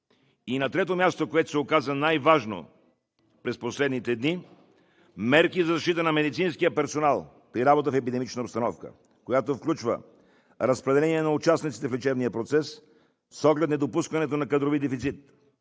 На трето място, което се оказа най-важното през последните дни – мерките за защита на медицинския персонал при работа в епидемична обстановка, включващи: разпределение на участниците в лечебния процес с оглед недопускането на кадрови дефицит;